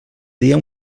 dia